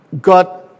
got